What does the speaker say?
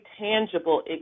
tangible